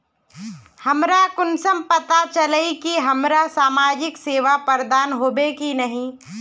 हमरा कुंसम पता चला इ की हमरा समाजिक सेवा प्रदान होबे की नहीं?